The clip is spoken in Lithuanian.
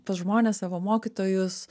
tuos žmones savo mokytojus